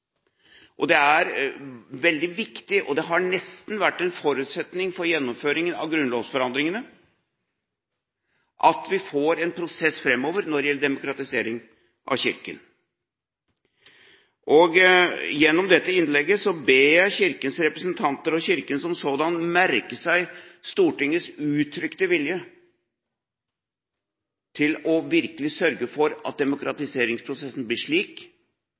Og det er veldig viktig – og det har nesten vært en forutsetning for gjennomføringen av grunnlovsendringene – at vi får en prosess framover når det gjelder demokratisering av Kirken. Gjennom dette innlegget ber jeg Kirkens representanter og Kirken som sådan merke seg Stortingets uttrykte vilje til virkelig å sørge for at demokratiseringsprosessen blir